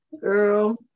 Girl